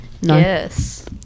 Yes